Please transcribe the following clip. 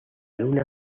luna